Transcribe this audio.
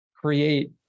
create